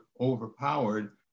overpowered